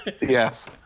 Yes